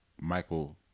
Michael